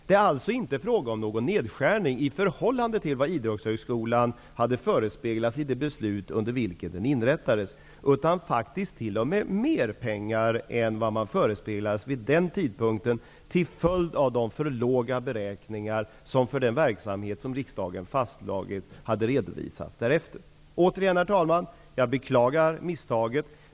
Det handlar således inte om någon nedskärning i förhållande till vad Idrottshögskolan förespeglats i det beslut som gällde när den inrättades, utan det handlar faktiskt t.o.m. om mer pengar än man förespeglades vid den tidpunkten till följd av de alltför låga beräkningar som för den verksamhet som riksdagen fastslagit hade redovisats därefter. Återigen, herr talman! Jag beklagar misstaget.